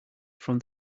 from